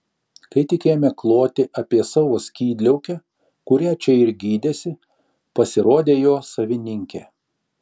kai tik ėmė kloti apie savo skydliaukę kurią čia ir gydėsi pasirodė jo savininkė